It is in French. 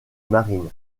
marine